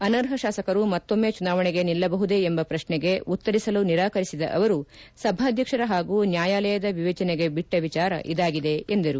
ಅನರ್ಹ ಶಾಸಕರು ಮತ್ತೊಮ್ನೆ ಬುನಾವಣೆಗೆ ನಿಲ್ಲಬಹುದೇ ಎಂಬ ಪ್ರಶ್ನೆಗೆ ಉತ್ತರಿಸಲು ನಿರಾಕರಿಸಿದ ಅವರು ಸಭಾಧ್ಯಕ್ಷರ ಹಾಗೂ ನ್ಲಾಯಾಲಯದ ವಿವೇಚನೆಗೆ ಬಿಟ್ಟ ವಿಚಾರ ಇದಾಗಿದೆ ಎಂದರು